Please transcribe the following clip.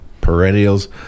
perennials